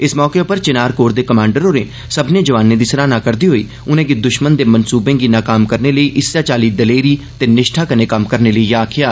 इस मौके पर चिनार कोर दे कमांडर होरे सब्मने जोआनें दी सराहना करदे होई उनेंगी दुष्मन दे मनसूबें गी नाकाम करने लेई इस्सै चाल्ली दलेरी ते निश्ठा कन्नै कम्म करने लेई आक्खेआ